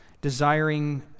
desiring